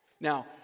Now